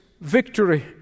victory